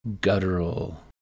guttural